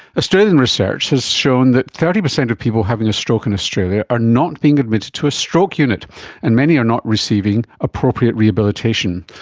australian research has shown that thirty percent of people having a stroke in australia are not being admitted to a stroke unit and many are not receiving appropriate rehabilitation.